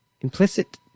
Implicit